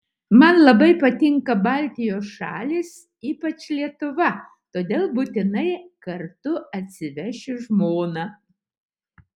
man labai patinka baltijos šalys ypač lietuva todėl būtinai kartu atsivešiu žmoną